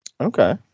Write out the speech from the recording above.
okay